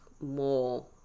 more